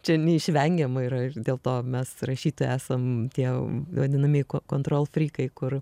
čia neišvengiama yra ir dėl to mes rašytojai esam tie vadinami kontrol fri kai kur